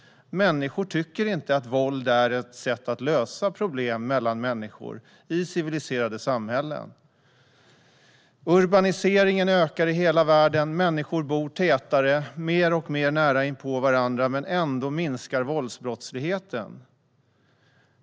Människor tycker inte att våld är ett sätt att lösa problem mellan människor i civiliserade samhällen. Urbaniseringen ökar i hela världen. Människor bor tätare och alltmer nära inpå varandra, men ändå minskar våldsbrottsligheten.